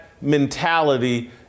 mentality